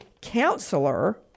counselor